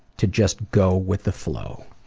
to just go with the flow.